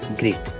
great